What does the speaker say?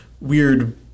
weird